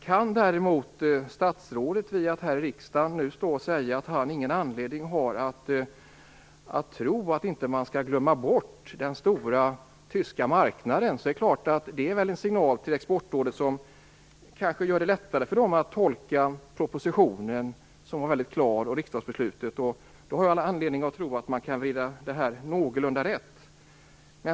Kan statsrådet genom att här i riksdagen säga att han inte har någon anledning att tro att man inte skall glömma bort den stora tyska marknaden, så är väl det en signal till Exportrådet som kanske gör det lättare för dem där att tolka propositionen, som ju var väldigt klar, och även riksdagsbeslutet. I så fall har jag all anledning att tro att det här kan vridas någorlunda rätt.